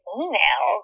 email